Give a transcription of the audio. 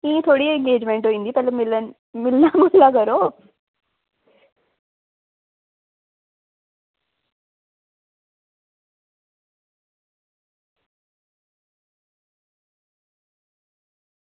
फ्ही थुआढ़ी अंगेज़मेट होई जंदी पैह्ले मिलना जुलना करो